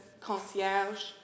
concierge